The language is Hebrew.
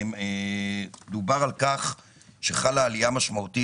דובר על כך שחלה עלייה משמעותית,